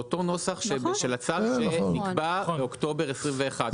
אותו נוסח של הצו שנקבע ב- אוקטובר 2021,